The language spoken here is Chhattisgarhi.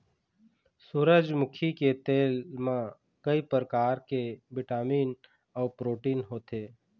सूरजमुखी के तेल म कइ परकार के बिटामिन अउ प्रोटीन होथे